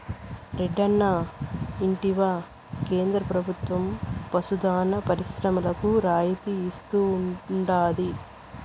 రెడ్డన్నా ఇంటివా కేంద్ర ప్రభుత్వం పశు దాణా పరిశ్రమలకు రాయితీలు ఇస్తా ఉండాది